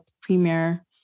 premier